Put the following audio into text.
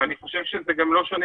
ואני חושב שזה גם לא שונה